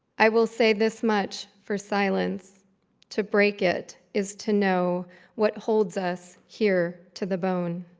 i will say this much for silence to break it is to know what holds us here to the bone.